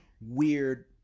weird